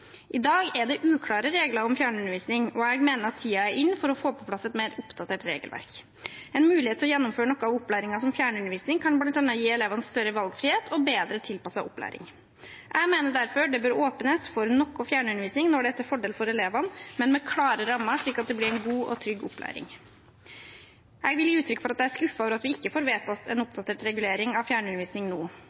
I dag er det uklare regler om fjernundervisning, og jeg mener tiden er inne for å få på plass et mer oppdatert regelverk. En mulighet til å gjennomføre noe av opplæringen som fjernundervisning kan bl.a. gi elevene større valgfrihet og bedre tilpasset opplæring. Jeg mener derfor det bør åpnes for noe fjernundervisning når det er til fordel for elevene, men med klare rammer, slik at det blir en god og trygg opplæring. Jeg vil gi uttrykk for at jeg er skuffet over at vi ikke får vedtatt en oppdatert regulering av fjernundervisning nå.